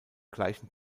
gleichen